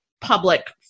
public